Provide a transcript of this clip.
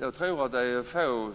Jag tror att det är få